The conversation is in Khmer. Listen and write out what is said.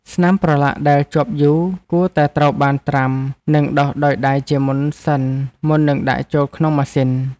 ស្នាមប្រឡាក់ដែលជាប់យូរគួរតែត្រូវបានត្រាំ និងដុសដោយដៃជាមុនសិនមុននឹងដាក់ចូលក្នុងម៉ាស៊ីន។